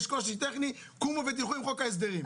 אם יש קושי טכני קומו ותלכו עם חוק ההסדרים.